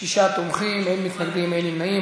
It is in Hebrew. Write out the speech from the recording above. שישה תומכים, אין מתנגדים, אין נמנעים.